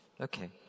Okay